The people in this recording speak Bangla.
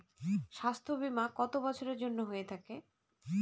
স্বাস্থ্যবীমা কত বছরের জন্য হয়ে থাকে?